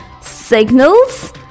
signals